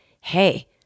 hey